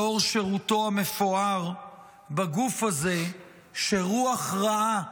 לאור שירותו המפואר בגוף הזה, שרוח רעה,